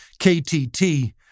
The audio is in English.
KTT